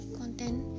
content